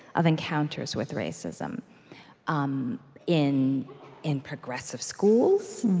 of encounters with racism um in in progressive schools,